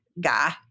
guy